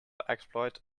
exploit